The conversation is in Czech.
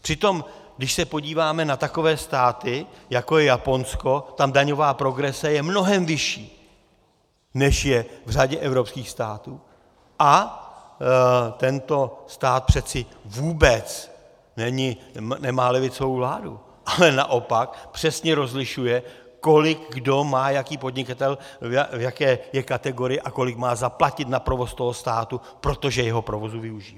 Přitom když se podíváme na takové státy, jako je Japonsko, tam daňová progrese je mnohem vyšší, než je v řadě evropských států, a tento stát přeci vůbec nemá levicovou vládu, ale naopak přesně rozlišuje, kolik kdo má, jaký podnikatel, v jaké je kategorii a kolik má zaplatit na provoz státu, protože jeho provozu využívá.